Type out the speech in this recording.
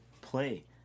play